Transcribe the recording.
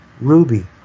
Ruby